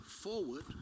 forward